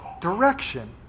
direction